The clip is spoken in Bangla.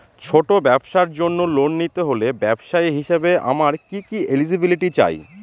ছোট ব্যবসার জন্য লোন নিতে হলে ব্যবসায়ী হিসেবে আমার কি কি এলিজিবিলিটি চাই?